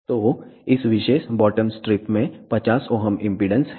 तो इस विशेष बॉटम स्ट्रिप में 50 Ω इम्पीडेन्स है